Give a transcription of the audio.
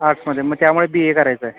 आर्ट्समध्ये मग त्यामुळे B A करायचं आहे